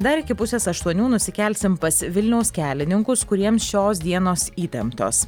dar iki pusės aštuonių nusikelsim pas vilniaus kelininkus kuriems šios dienos įtemptos